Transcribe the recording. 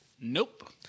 Nope